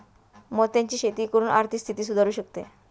मोत्यांची शेती करून आर्थिक स्थिती सुधारु शकते